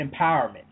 empowerment